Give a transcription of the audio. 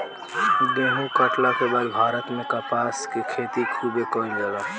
गेहुं काटला के बाद भारत में कपास के खेती खूबे कईल जाला